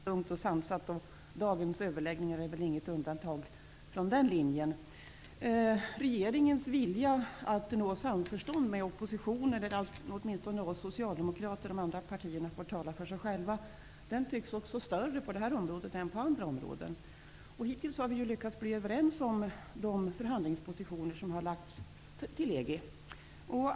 Herr talman! EG-debatten här i riksdagen är för det mesta rätt lugn och sansad. Dagens överläggningar är inget undantag från den linjen. Regeringens vilja att nå samförstånd med oppositionen -- åtminstone med oss socialdemokrater, de andra partierna får tala för sig själva -- tycks också större på detta område än på andra områden. Hittills har vi lyckats komma överens om de förhandlingspositioner som har presenterats för EG.